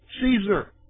Caesar